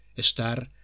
Estar